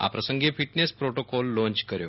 આ પ્રસંગે fitness protocol launch કર્યો